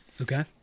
Okay